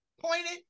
Pointed